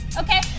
okay